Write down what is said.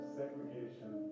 segregation